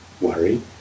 worry